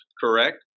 correct